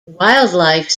wildlife